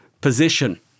position